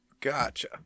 Gotcha